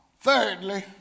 thirdly